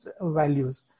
values